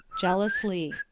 Jealously